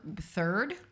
third